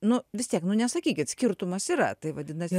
nu vis tiek nu nesakykit skirtumas yra tai vadinas